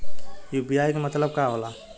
UPI के मतलब का होला?